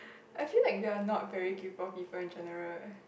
I feel like we are not very kaypo people in general eh